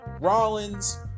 Rollins